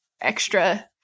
extra